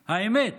האמת,